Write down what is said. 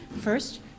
First